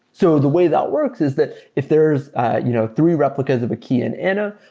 so the way that works is that if there is you know three replicas of a key in anna,